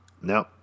No